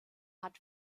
hat